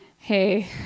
hey